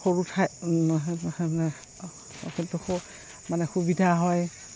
সৰু ঠাই মানে সুবিধা হয়